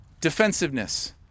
Defensiveness